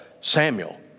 Samuel